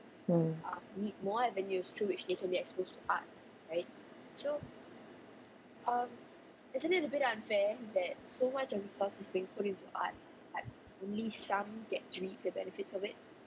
mm